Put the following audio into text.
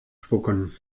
spucken